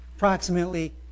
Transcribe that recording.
Approximately